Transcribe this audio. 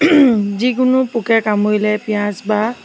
যিকোনো পোকে কামোৰিলে পিঁয়াজ বা